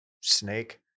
snake